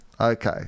Okay